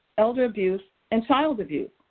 elder abuse, and child abuse.